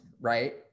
right